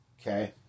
Okay